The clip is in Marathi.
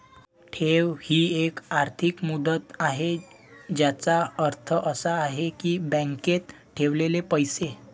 ठेव ही एक आर्थिक मुदत आहे ज्याचा अर्थ असा आहे की बँकेत ठेवलेले पैसे